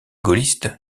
gaulliste